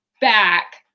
back